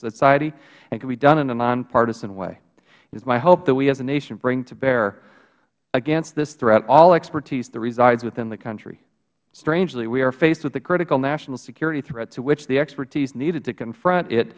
society and can be done in a nonpartisan way it is my hope that we as a nation bring to bear against this threat all expertise that resides within the country strangely we are faced with the critical national security threat to which the expertise needed to confront it